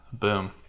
boom